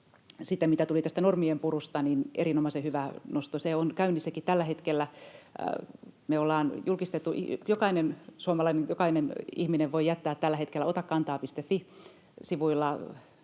mitä tuli sitten tästä normien purusta, niin erinomaisen hyvä nosto. Se on käynnissäkin tällä hetkellä. Jokainen suomalainen, jokainen ihminen, voi jättää tällä hetkellä otakantaa.fi-sivuilla